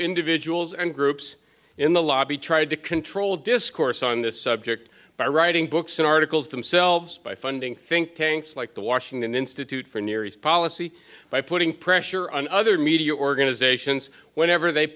individuals and groups in the lobby tried to control discourse on this subject by writing books and articles themselves by funding think tanks like the washington institute for near east policy by putting pressure on other media organizations whenever they